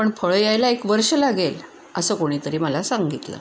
पण फळं यायला एक वर्ष लागेल असं कोणीतरी मला सांगितलं